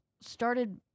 started